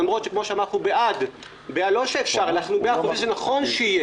למרות שכמו שאמרנו אנחנו בעד חושבים שזה נכון שיהיו